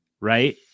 right